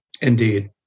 Indeed